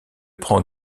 prend